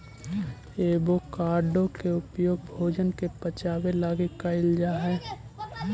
avocado के उपयोग भोजन के पचाबे लागी कयल जा हई